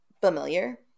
familiar